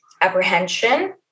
apprehension